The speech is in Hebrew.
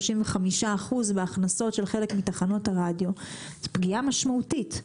35% בהכנסות של חלק מתחנות הרדיו זאת פגיעה משמעותית.